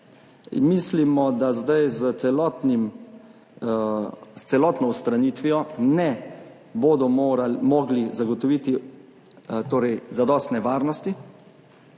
mislimo, da zdaj s celotno odstranitvijo ne bodo mogli zagotoviti zadostne varnosti,